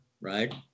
right